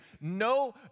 no